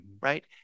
right